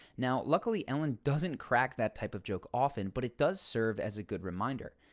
now, luckily, ellen doesn't crack that type of joke often but it does serve as a good reminder.